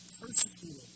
persecuted